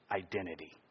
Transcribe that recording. identity